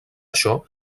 això